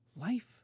Life